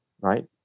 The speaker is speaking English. right